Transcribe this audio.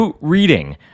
reading